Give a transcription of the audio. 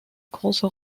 große